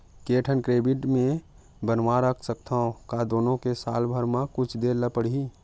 के ठन डेबिट मैं बनवा रख सकथव? का दुनो के साल भर मा कुछ दे ला पड़ही?